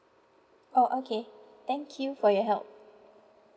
oh okay thank you for your help